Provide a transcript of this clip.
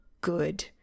good